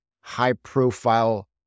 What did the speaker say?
high-profile